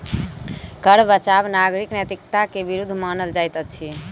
कर बचाव नागरिक नैतिकता के विरुद्ध मानल जाइत अछि